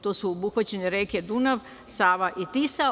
Tu su obuhvaćene reke Dunav, Sava i Tisa.